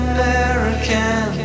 American